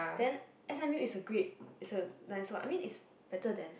then s_m_u is a great is a nice one I mean is better than